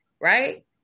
right